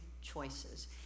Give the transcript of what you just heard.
choices